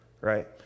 right